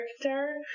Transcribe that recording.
character